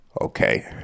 Okay